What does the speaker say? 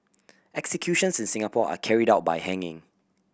executions in Singapore are carried out by hanging